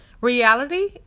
Reality